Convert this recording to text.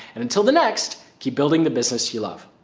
and until the next, key building the business you love.